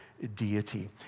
deity